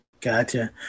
Gotcha